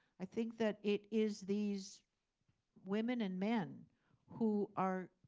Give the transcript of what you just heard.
i think that it is these women and men who are